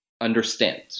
Understand